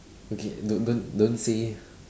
okay don't don't don't say